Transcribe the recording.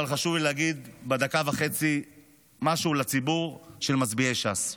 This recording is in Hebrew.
אבל חשוב לי להגיד בדקה וחצי משהו לציבור של מצביעי ש"ס: